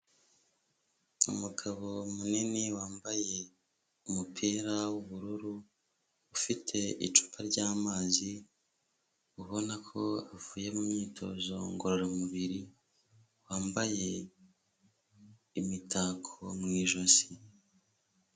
Umugabo munini wambaye umupira w'ubururu, ufite icupa ry'amazi, ubona ko avuye mu myitozo ngororamubiri, wambaye imitako mu ijosi.